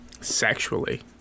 Sexually